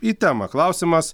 į temą klausimas